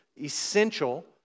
essential